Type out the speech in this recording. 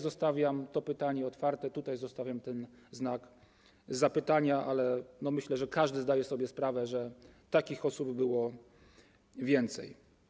Zostawiam to pytanie otwarte, zostawiam znak zapytania, ale myślę, że każdy zdaje sobie sprawę, że takich osób było więcej.